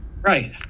Right